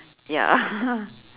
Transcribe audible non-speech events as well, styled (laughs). ya (laughs)